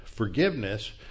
forgiveness